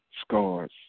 scars